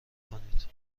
کنید